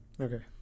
Okay